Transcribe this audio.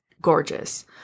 gorgeous